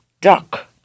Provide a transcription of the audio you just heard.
duck